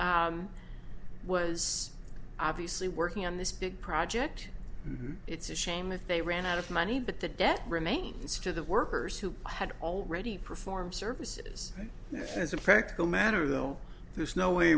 was obviously working on this big project and it's a shame if they ran out of money but the debt remains to the workers who had already perform services as a practical matter though there's no way